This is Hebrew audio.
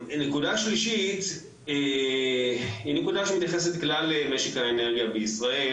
הנקודה השלישית היא נקודה שמתייחסת לכלל משק האנרגיה בישראל.